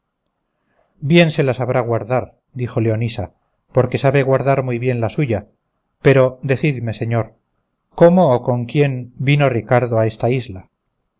bien se la sabrá guardar dijo leonisa porque sabe guardar muy bien la suya pero decidme señor cómo o con quién vino ricardo a esta isla